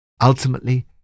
Ultimately